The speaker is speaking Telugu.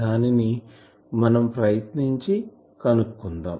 దానిని మనం ప్రయత్నించి కనుక్కుందాం